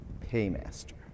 paymaster